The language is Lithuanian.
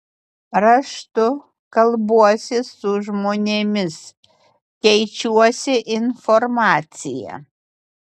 raštu kalbuosi su žmonėmis keičiuosi informacija